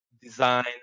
design